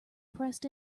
pressed